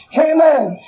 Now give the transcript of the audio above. Amen